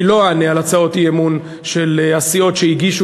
אני לא אענה על הצעות אי-אמון של הסיעות שהגישו